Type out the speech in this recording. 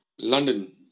London